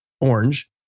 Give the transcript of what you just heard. orange